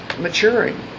maturing